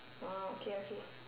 orh okay okay